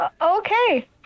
Okay